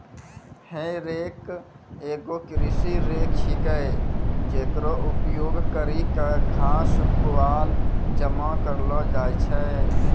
हे रेक एगो कृषि रेक छिकै, जेकरो उपयोग करि क घास, पुआल जमा करलो जाय छै